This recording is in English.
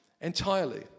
entirely